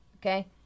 okay